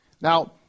Now